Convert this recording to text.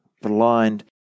blind